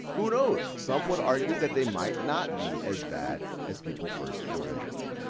who knows, some would argue that they might not be as bad as people first believed.